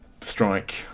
strike